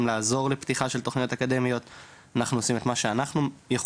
לעזור לפתיחה של תוכניות אקדמיות אנחנו עושים את מה שאנחנו יכולים.